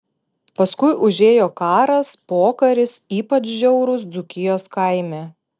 paskui užėjo karas pokaris ypač žiaurūs dzūkijos kaime